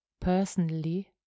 personally